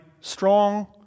strong